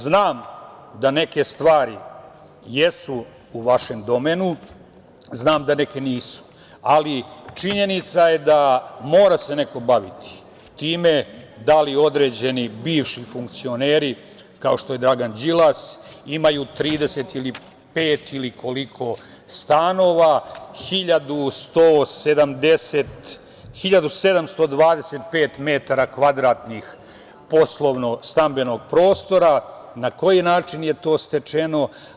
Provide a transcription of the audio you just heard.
Znam da neke stvari jesu u vašem domenu, znam da neke nisu, ali činjenica je da mora se neko baviti time, da li određeni bivši funkcioneri, kao što je Dragan Đilas, imaju 30 ili pet ili koliko stanova, 1.725 metara kvadratnih stambeno poslovnog prostora, na koji način je to stečeno?